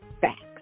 facts